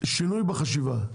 שינוי בחשיבה,